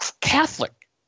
Catholic